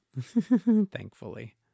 thankfully